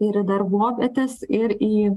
ir į darbovietes ir į